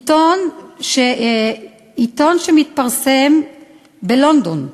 עיתון שמתפרסם בלונדון,